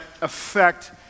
affect